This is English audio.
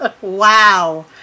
Wow